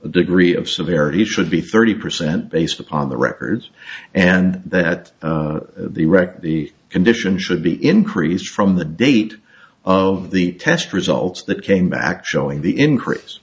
degree of severity should be thirty percent based upon the records and that the wreck the condition should be increased from the date of the test results that came back showing the increase